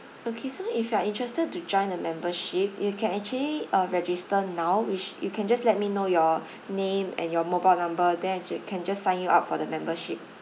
okay so if you are interested to join a membership you can actually uh register now which you can just let me know your name and your mobile number then we can just sign you up for the membership